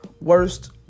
worst